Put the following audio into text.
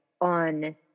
on